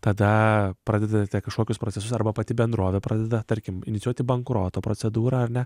tada pradedate kažkokius procesus arba pati bendrovė pradeda tarkim inicijuoti bankroto procedūrą ar ne